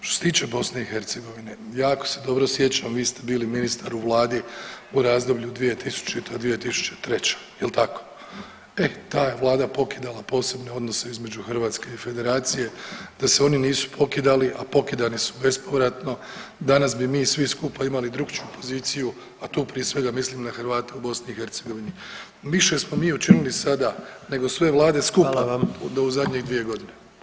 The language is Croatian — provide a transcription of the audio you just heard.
Što se tiče BiH, jako se dobro sjećam vi ste bili ministar u vladi u razdoblju 2000.-2003. jel tako, e ta vlada je pokidala posebne odnose između Hrvatske i Federacije, da se oni nisu pokidali, a pokidani su bespovratno, danas bi mi svi skupa imali drukčiju poziciju, a tu prije svega mislim na Hrvate u BiH više smo mi učinili sada nego sve vlade skupa [[Upadica: Hvala vam.]] u zadnjih dvije godine.